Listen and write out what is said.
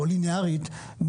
או לינארית,